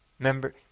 Remember